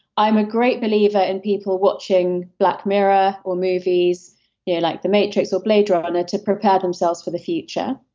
i'm a great believer in people watching black mirror or movies yeah like the matrix or bladerunner to prepare themselves for the future.